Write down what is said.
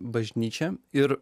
bažnyčia ir